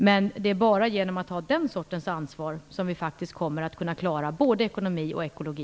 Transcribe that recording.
Men det är bara genom att ta den sortens ansvar som vi på sikt faktiskt kommer att kunna klara både ekonomi och ekologi.